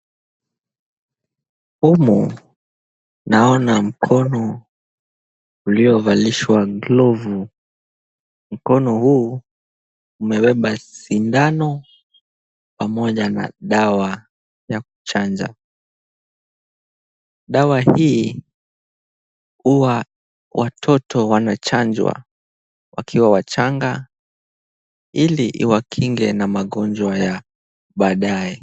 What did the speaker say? Humu naona mkono uliovalishwa glovu. Mkono huu umebeba sindano pamoja na dawa ya kuchanja. Dawa hii huwa watoto wanachanjwa wakiwa wachanga ili iwakinge na magonjwa ya badae.